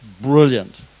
Brilliant